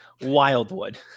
wildwood